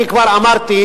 אני כבר אמרתי,